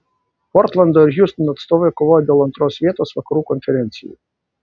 portlando ir hjustono atstovai kovoja dėl antros vietos vakarų konferencijoje